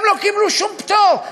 הם לא קיבלו שום פטור.